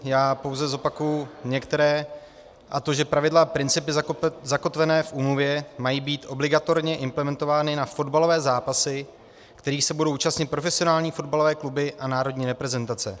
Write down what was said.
Já pouze zopakuji některé, a to že pravidla a principy zakotvené v úmluvě mají být obligatorně implementovány na fotbalové zápasy, kterých se budou účastnit profesionální fotbalové kluby a národní reprezentace.